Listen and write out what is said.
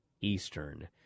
Eastern